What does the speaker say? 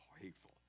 hateful